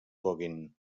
coguin